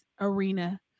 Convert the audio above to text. arena